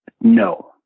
No